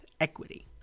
equity